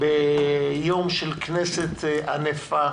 ביום של כנסת ענפה